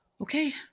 Okay